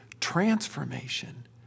transformation